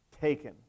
taken